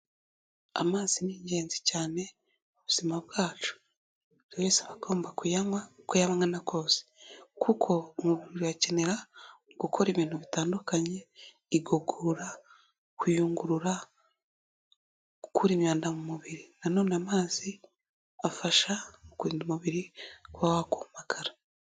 Amazi ni ingenzi cyane mu buzima bwacu, buri wese aba agomba kuyanywa uko yaba angana kose, kuko umubiri urayakenera gukora ibintu bitandukanye, igogora, kuyungurura, gukura imyanda mu mubiri. Na none amazi afasha mu kurinda umubiri kuba wakumagara.